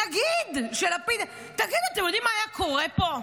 נגיד שלפיד, אתם יודעים מה היה קורה פה?